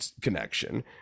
connection